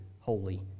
holy